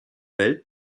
welt